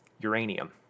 Uranium